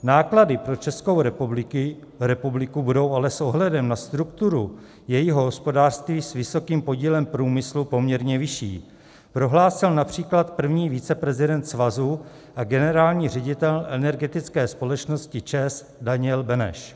Náklady pro Českou republiku budou ale s ohledem na strukturu jejího hospodářství s vysokým podílem průmyslu poměrně vyšší, prohlásil například první viceprezident svazu a generální ředitel energetické společnosti ČEZ Daniel Beneš.